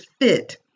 fit